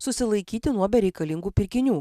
susilaikyti nuo bereikalingų pirkinių